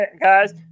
Guys